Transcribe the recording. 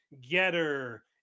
Getter